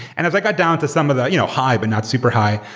and as i got down to some of that you know high but not super high,